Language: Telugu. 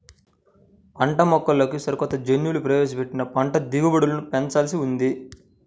పంటమొక్కల్లోకి సరికొత్త జన్యువులు ప్రవేశపెట్టి పంట దిగుబడులను పెంచాల్సి ఉంది